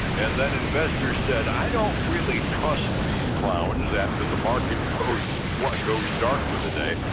and then investors said i don't really trust these clowns after the market goes cl ah goes dark for the day,